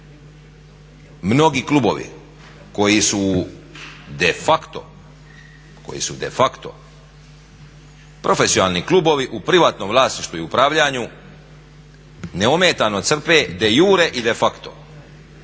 Mnogi klubovi koji su de facto profesionalni klubovi u privatnom vlasništvu i upravljanju neometano de iure i de facto